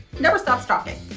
never stop stopping